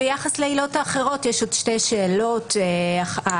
ביחס לעילות האחרות יש עוד שתי שאלות אחרונות: